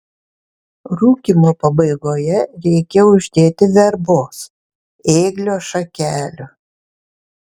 rūkymo pabaigoje reikia uždėti verbos ėglio šakelių